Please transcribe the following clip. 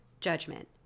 judgment